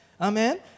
Amen